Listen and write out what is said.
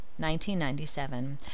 1997